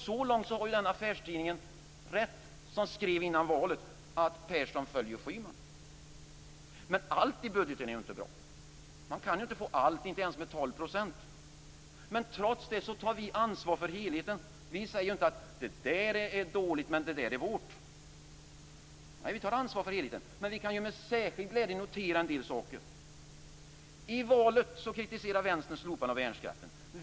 Så långt har den affärstidning rätt som skrev innan valet att Persson följer Schyman. Allt i budgeten är inte bra. Man kan inte få allt - inte ens med 12 % av rösterna. Men trots det tar vi ansvar för helheten. Vi säger inte: Det där är dåligt men det där är vårt. Vi tar ansvar för helheten. Men vi kan ju med särskild glädje notera en del saker. I valet kritiserade Vänstern slopandet av värnskatten.